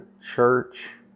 church